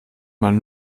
man